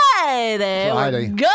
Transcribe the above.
Friday